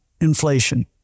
inflation